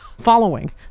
following